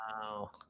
Wow